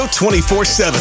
24-7